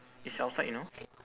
it's outside you know